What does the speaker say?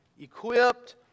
equipped